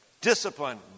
discipline